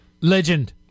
Legend